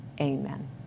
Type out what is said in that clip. Amen